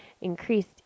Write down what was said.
increased